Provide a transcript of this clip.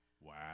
Wow